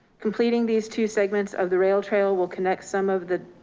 completing these two segments of the rail trail will connect some of the